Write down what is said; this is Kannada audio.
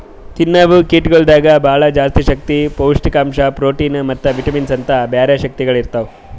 ತಿನ್ನವು ಕೀಟಗೊಳ್ದಾಗ್ ಭಾಳ ಜಾಸ್ತಿ ಶಕ್ತಿ, ಪೌಷ್ಠಿಕಾಂಶ, ಪ್ರೋಟಿನ್ ಮತ್ತ ವಿಟಮಿನ್ಸ್ ಅಂತ್ ಬ್ಯಾರೆ ಶಕ್ತಿಗೊಳ್ ಇರ್ತಾವ್